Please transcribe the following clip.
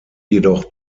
jedoch